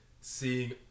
seeing